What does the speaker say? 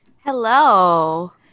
hello